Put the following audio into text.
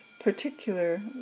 particular